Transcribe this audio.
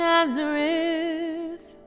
Nazareth